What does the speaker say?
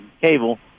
cable